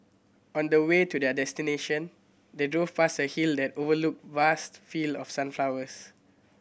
on the way to their destination they drove past a hill that overlooked vast field of sunflowers